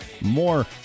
more